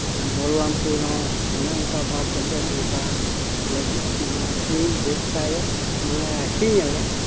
ᱵᱚᱞᱞᱟᱢᱯᱩᱨ ᱦᱚᱸ ᱚᱱᱮ ᱚᱱᱠᱟ ᱵᱷᱟᱵᱽ ᱠᱟᱛᱮᱫ ᱱᱚᱝᱠᱟ ᱟᱠᱷᱨᱤᱧ ᱵᱮᱵᱽᱥᱟᱭᱮᱫ ᱢᱟᱱᱮ ᱟᱠᱷᱨᱤᱧᱟᱞᱮ